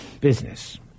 business